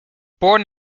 born